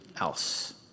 else